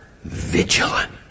vigilant